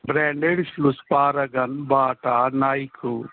branded shoes paragon Bata Nike